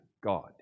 God